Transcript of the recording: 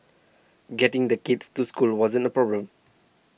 getting the kids to school wasn't a problem